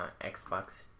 Xbox